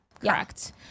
Correct